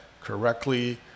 correctly